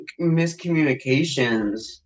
miscommunications